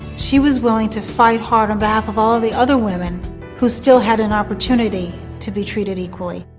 she was willing to fight hard on behalf of all the other women who still had an opportunity to be treated equally.